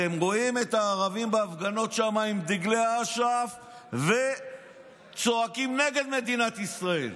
אתם רואים את הערבים בהפגנות שם עם דגלי אש"ף צועקים נגד מדינת ישראל,